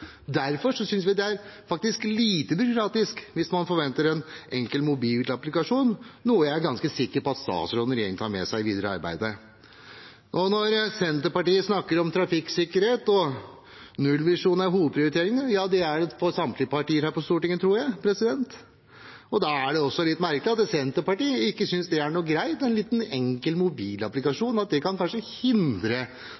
Derfor synes vi det er lite byråkratisk med en enkel mobilapplikasjon, noe jeg er ganske sikker på at statsråden og regjeringen tar med seg i det videre arbeidet. Senterpartiet snakker om trafikksikkerhet og at nullvisjonen er hovedprioriteringen. Det er det for samtlige partier her på Stortinget, tror jeg. Da er det også litt merkelig at Senterpartiet ikke synes det er greit med en liten, enkel